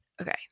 okay